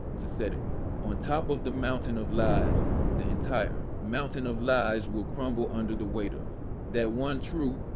to set it on top of the mountain of lies the entire mountain of lies will crumble under the weight of that one truth,